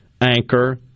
anchor